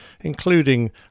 including